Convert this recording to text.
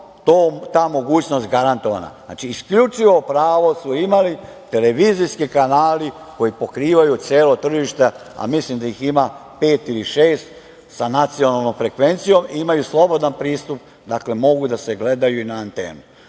ta mogućnost garantovana. Znači, isključivo pravo su imali televizijski kanali koji pokrivaju celo tržište, a mislim da ih ima pet ili šest sa nacionalnom frekvencijom i imaju slobodan pristup, dakle mogu da se gledaju i na antenu. To